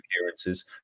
appearances